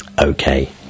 Okay